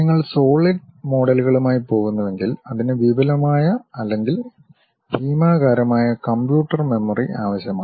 നിങ്ങൾ സോളിഡ് മോഡലുകളുമായി പോകുന്നുവെങ്കിൽ അതിന് വിപുലമായ അല്ലെങ്കിൽ ഭീമാകാരമായ കമ്പ്യൂട്ടർ മെമ്മറി ആവശ്യമാണ്